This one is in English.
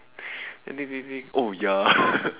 then think think think oh ya